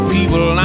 People